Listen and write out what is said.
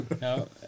No